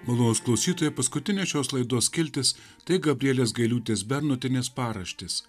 malonūs klausytojai paskutinė šios laidos skiltis tai gabrielės gailiūtės bernotienės paraštės